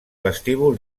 vestíbul